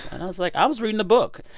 and i was like, i was reading a book.